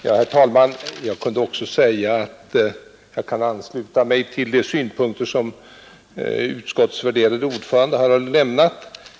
Herr talman! Jag kunde också säga att jag kan ansluta mig till de synpunkter som utskottets värderade ordförande har lämnat.